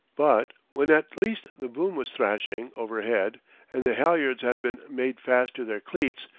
but when at least the boom was thrashing overhead and the halyards had been made fast to their cleats,